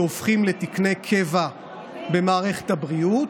והופכים לתקני קבע במערכת הבריאות.